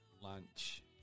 lunch